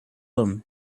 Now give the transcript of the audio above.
him